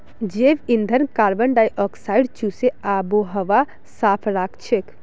जैव ईंधन कार्बन डाई ऑक्साइडक चूसे आबोहवाक साफ राखछेक